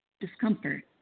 discomfort